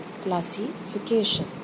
classification